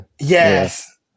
Yes